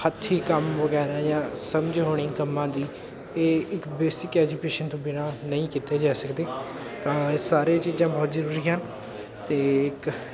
ਹੱਥੀ ਕੰਮ ਵਗੈਰਾ ਜਾਂ ਸਮਝ ਹੋਣੀ ਕੰਮਾਂ ਦੀ ਇਹ ਇੱਕ ਬੇਸਿਕ ਐਜੂਕੇਸ਼ਨ ਤੋਂ ਬਿਨਾਂ ਨਹੀਂ ਕੀਤੇ ਜਾ ਸਕਦੇ ਤਾਂ ਇਹ ਸਾਰੇ ਚੀਜ਼ਾਂ ਬਹੁਤ ਜ਼ਰੂਰੀ ਹਨ ਅਤੇ ਇੱਕ